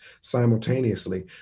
simultaneously